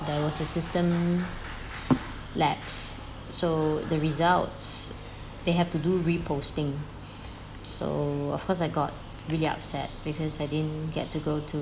there was a system lapse so the results they have to do re-posting so of course I got really upset because I didn't get to go to